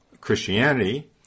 Christianity